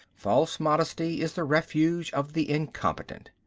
false modesty is the refuge of the incompetent.